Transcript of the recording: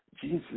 Jesus